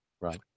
Right